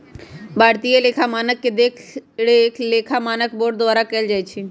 भारतीय लेखा मानक के देखरेख लेखा मानक बोर्ड द्वारा कएल जाइ छइ